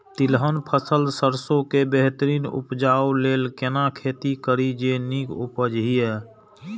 तिलहन फसल सरसों के बेहतरीन उपजाऊ लेल केना खेती करी जे नीक उपज हिय?